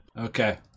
Okay